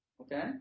Okay